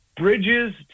Bridges